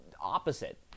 opposite